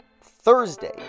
Thursday